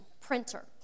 printer